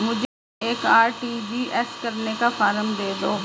मुझे एक आर.टी.जी.एस करने का फारम दे दो?